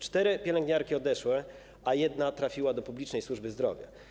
Cztery pielęgniarki odeszły, a jedna trafiła do publicznej służby zdrowia.